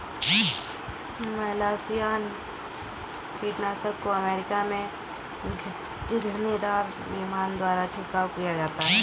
malathion कीटनाशक को America में घिरनीदार विमान द्वारा छिड़काव किया जाता है